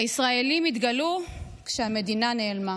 הישראלים התגלו כשהמדינה נעלמה.